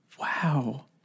Wow